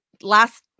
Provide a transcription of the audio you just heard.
last